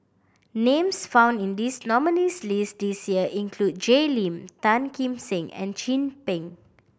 names found in this nominees' list this year include Jay Lim Tan Kim Seng and Chin Peng